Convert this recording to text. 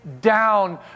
down